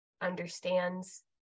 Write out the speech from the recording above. understands